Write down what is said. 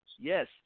Yes